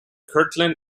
kirtland